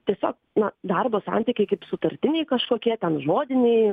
tiesiog na darbo santykiai kaip sutartiniai kažkokie ten žodiniai